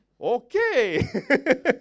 Okay